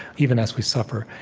even as we suffer.